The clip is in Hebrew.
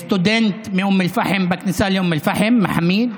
סטודנט מאום אל-פחם בכניסה לאום אל-פחם, מחאמיד,